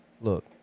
Look